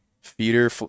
feeder